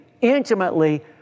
intimately